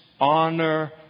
honor